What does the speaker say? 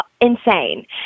insane